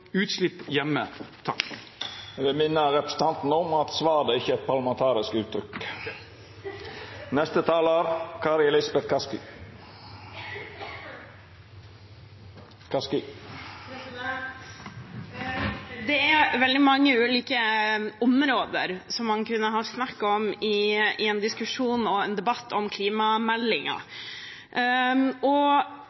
utslipp hjemme. Presidenten vil minna representanten om at «svada» ikkje er eit parlamentarisk uttrykk. Det er veldig mange ulike områder som man kunne ha snakket om i en diskusjon og en debatt om